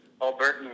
Albertan